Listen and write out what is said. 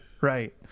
right